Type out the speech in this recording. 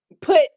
put